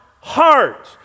heart